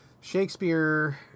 Shakespeare